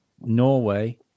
Norway